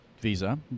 visa